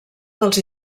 dels